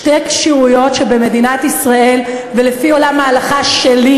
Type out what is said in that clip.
שתי כשירויות שבמדינת ישראל ולפי עולם ההלכה שלי,